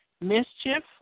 mischief